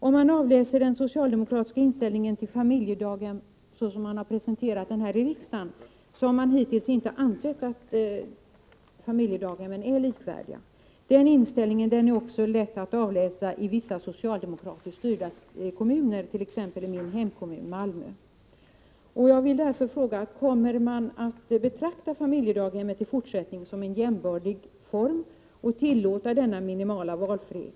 Om man avläser den socialdemokratiska inställningen till familjedaghem, såsom den har presenterats här i riksdagen, finner man att socialdemokraterna hittills inte ansett att familjedaghemmen är likvärdiga. Den inställningen är också lätt att avläsa i vissa socialdemokratiskt styrda kommuner, t.ex. i min hemkommun Malmö. Jag vill därför fråga: Kommer man i fortsättningen att betrakta familjedaghemmet som en jämbördig form och tillåta denna minimala valfrihet?